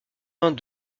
vingt